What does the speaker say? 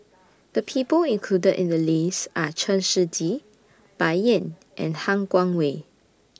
The People included in The list Are Chen Shiji Bai Yan and Han Guangwei